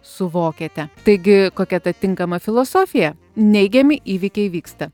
suvokiate taigi kokia ta tinkama filosofija neigiami įvykiai vyksta